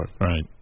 Right